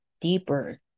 deeper